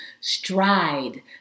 stride